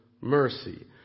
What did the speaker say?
mercy